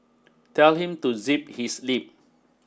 tell him to zip his lip